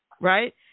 Right